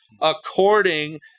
according